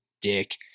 dick